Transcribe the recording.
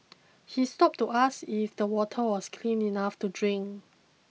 he stopped to ask me if that water was clean enough to drink